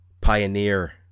pioneer